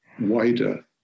wider